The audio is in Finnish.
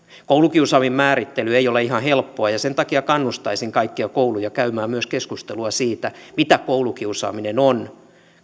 koulukiusaamisen määrittely ei ole ihan helppoa ja sen takia kannustaisin kaikkia kouluja käymään myös keskustelua siitä mitä koulukiusaaminen on